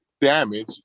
damage